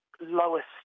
lowest